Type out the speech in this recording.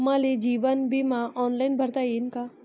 मले जीवन बिमा ऑनलाईन भरता येईन का?